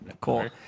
cool